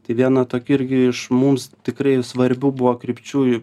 tai viena tokių irgi iš mums tikrai svarbių buvo krypčių